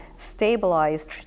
Stabilized